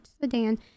sedan